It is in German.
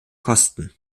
kosten